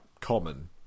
common